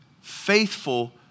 Faithful